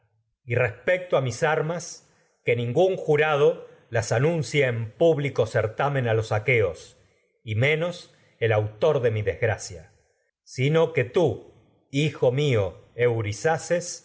y respecto a mis que tragedias de sófocles ningún aqueos jurado las anuncie eii público certamen a los y menos el autor de mi desgracia sino que tú hijo mío